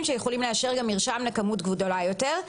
שיכולים לאשר גם מרשם לכמות גדולה יותר.